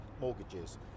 mortgages